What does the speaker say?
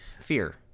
Fear